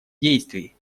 действий